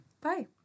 Bye